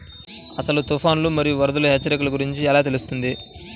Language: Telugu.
అసలు తుఫాను మరియు వరదల హెచ్చరికల గురించి ఎలా తెలుస్తుంది?